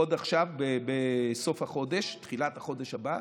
עוד עכשיו, בסוף החודש, תחילת החודש הבא,